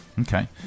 Okay